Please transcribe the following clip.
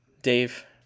Dave